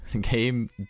Game